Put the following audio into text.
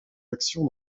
actions